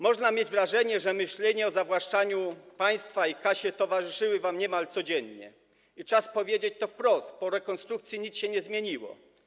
Można odnieść wrażenie, że myślenie o zawłaszczaniu państwa i kasie towarzyszyło wam niemal codzienne i czas powiedzieć to wprost - po rekonstrukcji nic się nie zmieniło.